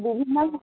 বিভিন্ন